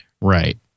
Right